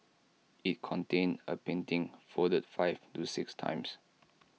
IT contained A painting folded five to six times